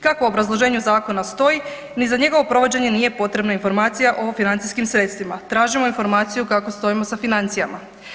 Kako u obrazloženju Zakona stoji, ni za njegovo provođenje nije potrebna informacija o financijskim sredstvima, tražimo informaciju kako stojimo sa financijama.